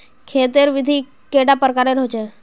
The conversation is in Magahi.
खेत तेर विधि कैडा प्रकारेर होचे?